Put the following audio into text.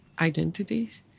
identities